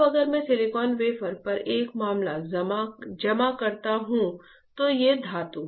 अब अगर मैं सिलिकॉन वेफर पर एक मामला जमा करता हूं तो ये धातु हैं